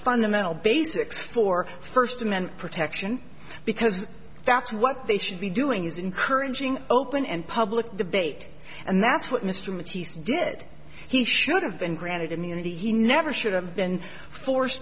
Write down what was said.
fundamental basics for first amendment protection because that's what they should be doing is encouraging open and public debate and that's what mr mintz he's did he should have been granted immunity he never should have been forced